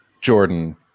Jordan